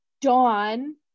Dawn